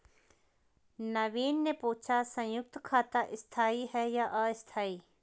नवीन ने पूछा संयुक्त खाता स्थाई है या अस्थाई